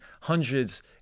hundreds